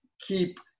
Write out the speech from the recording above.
keep